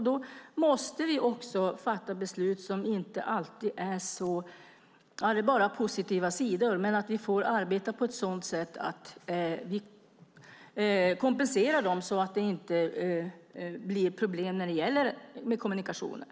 Då måste vi också fatta beslut som inte alltid har positiva sidor, men som innebär att vi får arbeta på ett sådant sätt att vi kompenserar människor så att det inte blir problem när det gäller kommunikationer.